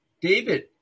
David